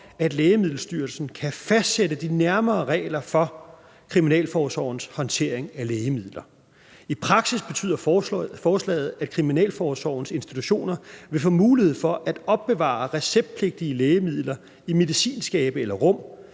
at Lægemiddelstyrelsen kan fastsætte de nærmere regler for kriminalforsorgens håndtering af lægemidler. I praksis betyder forslaget, at kriminalforsorgens institutioner vil få mulighed for at opbevare receptpligtige lægemidler i medicinskabe eller -rum,